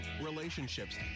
relationships